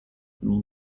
اولین